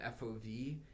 fov